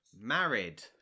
Married